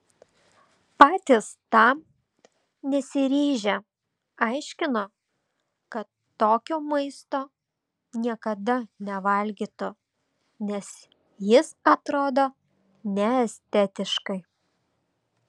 patys tam nesiryžę aiškino kad tokio maisto niekada nevalgytų nes jis atrodo neestetiškai